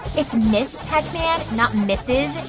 it's ms. pac-man, not mrs. and